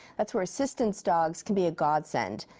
that's where assistance dogs can be a god send.